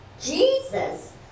Jesus